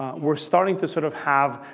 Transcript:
we're starting to sort of have